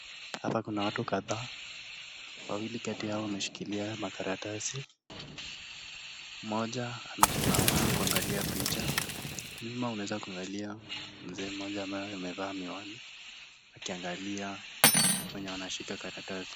Hapa kuna watu kadhaa, wawili kati yao wameshikilia makarstasi, mmoja amesimama kuangalia picha, nyuma unaweza kuangalia mzee mmoja ambaye amevaa miwani akiangalia wenye wanashika karatasi.